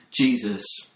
Jesus